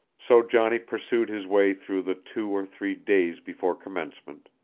so johnny pursued his way through the two or three days before commencement,